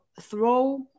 throw